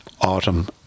autumn